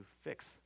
fix